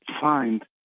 find